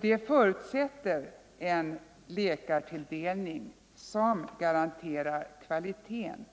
Det förutsätter en läkartilldelning, som garanterar kvaliteten